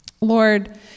Lord